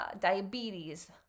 Diabetes